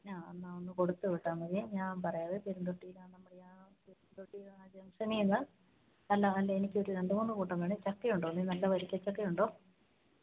ആ എന്നാൽ ഒന്ന് കൊടുത്ത് വിട്ടാൽ മതിയേ ഞാന് പറയാം പെരുന്തൊട്ടി ഗ്രാമമറിയാം പെരുന്തൊട്ടിയിൽ ആ ജംഗ്ഷനിൽ നിന്ന് അല്ല അല്ല എനിക്കൊരു രണ്ട് മൂന്ന് കൂട്ടം വേണം ചക്ക ഉണ്ടോ നല്ല വരിക്കച്ചക്ക ഉണ്ടോ